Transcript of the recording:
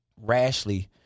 rashly